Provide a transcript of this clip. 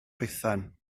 bethan